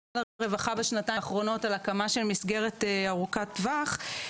הרווחה בשנתיים האחרונות על הקמה של מסגרת ארוכת טווח.